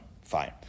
Fine